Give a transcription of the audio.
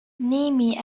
نیمی